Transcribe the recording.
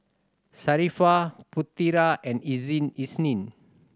Sharifah Putera and Isnin